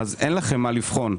אין לכם מה לבחון.